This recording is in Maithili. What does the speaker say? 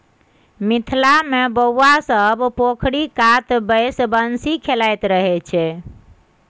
मिथिला मे बौआ सब पोखरि कात बैसि बंसी खेलाइत रहय छै